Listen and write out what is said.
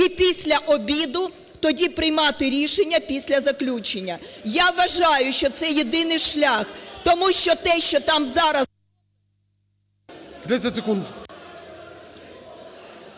і після обіду тоді приймати рішення, після заключення. Я вважаю, що це єдиний шлях, тому що те, що там зараз…